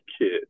kid